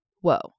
Whoa